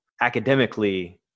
academically